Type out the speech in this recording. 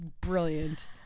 brilliant